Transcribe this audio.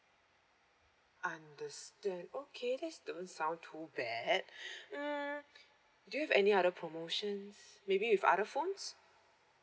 understand okay that's don't sound too bad mm do you have any other promotions maybe with other phones